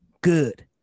good